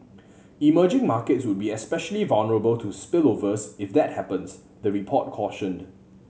emerging markets would be especially vulnerable to spillovers if that happens the report cautioned